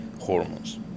hormones